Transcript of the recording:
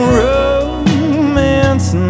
romance